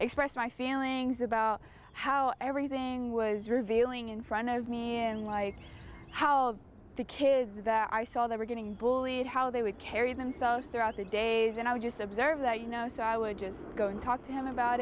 expressed my feelings about how everything was revealing in front of me and like how the kids that i saw they were getting bullied how they would carry themselves throughout the days and i would just observe that you know so i would just go and talk to him about